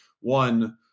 one